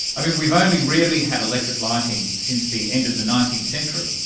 we've only really had electric lighting since the end of the nineteenth century.